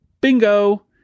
Bingo